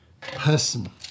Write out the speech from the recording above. person